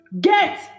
Get